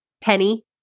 Penny